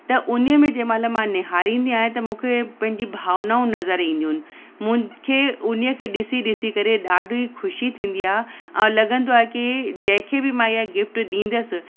त उन्हीअ में जंहिंमहिल मां निहारींदी आहियां त मूंखे पंहिंजी भावनाऊं नज़र ईंदियूं आहिनि मूंखे उन्हीअ खे ॾिसी ॾिसी करे ॾाढी ख़ुशी थींदी आहे ऐं लॻंदो आहे के जंहिं खे बि मां इहा गिफ़्ट ॾींदसि